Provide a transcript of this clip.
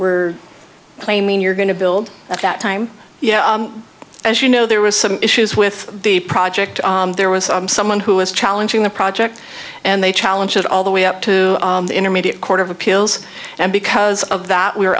were claiming you're going to build at that time you know as you know there was some issues with the project there was someone who was challenging the project and they challenge it all the way up to the intermediate court of appeals and because of that we